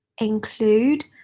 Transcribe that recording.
include